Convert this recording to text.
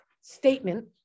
statement